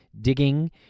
digging